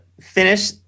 finish